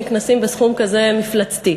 נקנסים בסכום כזה מפלצתי.